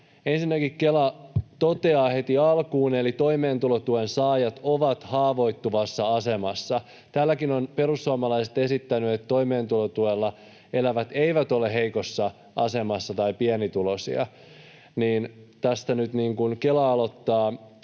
Ensinnäkin Kela toteaa heti alkuun: toimeentulotuen saajat ovat haavoittuvassa asemassa. Täälläkin ovat perussuomalaiset esittäneet, että toimeentulotuella elävät eivät ole heikossa asemassa tai pienituloisia, mutta tästä nyt Kela aloittaa